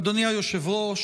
אדוני היושב-ראש,